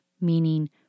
meaning